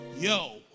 Yo